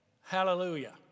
hallelujah